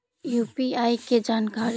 UPI के जानकारी?